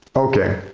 okay,